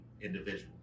individual